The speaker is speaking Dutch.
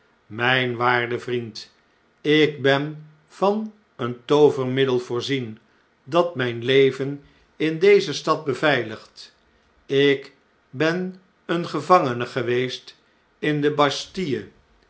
mijn waarde vriend ik ben van een toovermiddel voorzien dat mijn leven in deze stad beveiligt ik ben een gevangene geweest in de bastille